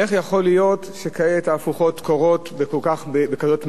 איך יכול להיות שכעת תהפוכות קורות בכזאת במהירות?